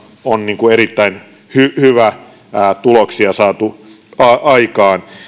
on erittäin hyviä tuloksia saatu aikaan